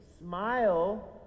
smile